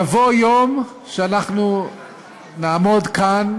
יבוא יום שאנחנו נעמוד כאן,